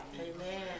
Amen